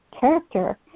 character